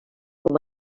com